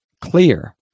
clear